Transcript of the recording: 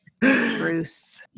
Bruce